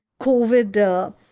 COVID